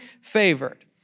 favored